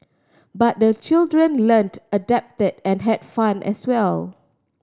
but the children learnt adapted and had fun as well